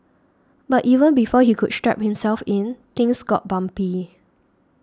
but even before he could strap himself in things got bumpy